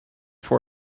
for